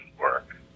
work